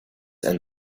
and